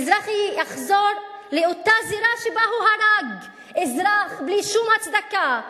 מזרחי יחזור לאותה זירה שבה הוא הרג אזרח בלי שום הצדקה,